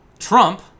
Trump